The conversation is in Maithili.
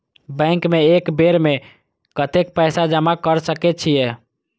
बैंक में एक बेर में कतेक पैसा जमा कर सके छीये?